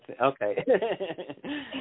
Okay